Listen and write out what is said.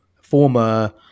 former